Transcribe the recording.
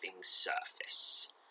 surface